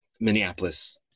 Minneapolis